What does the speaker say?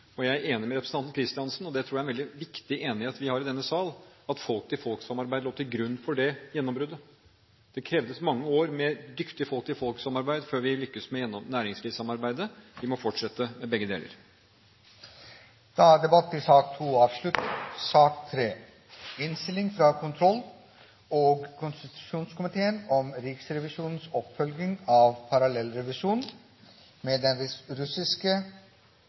Jeg er enig med representanten Kristiansen – og det tror jeg er en veldig viktig enighet vi har i denne sal – i at folk-til-folk-samarbeid lå til grunn for det gjennombruddet. Det krevdes mange år med godt folk-til-folk-samarbeid før vi lyktes med næringslivssamarbeidet. Vi må fortsette med begge deler. Debatten i sak nr. 2 er avsluttet. Vi skal fortsette å snakke om